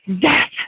death